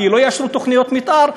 כי לא יאשרו תוכניות מתאר,